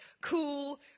cool